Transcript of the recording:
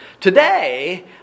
Today